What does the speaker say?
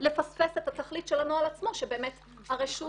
לפספס את התכלית של הנוהל עצמו שבאמת הרשות